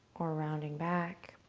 or rounding back.